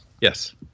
Yes